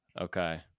Okay